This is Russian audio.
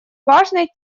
важной